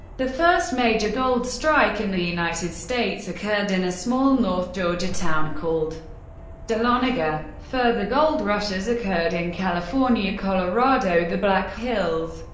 the first major gold strike in the united states occurred in a small north georgia town called dahlonega. further gold rushes occurred in california, colorado, the black hills,